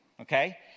okay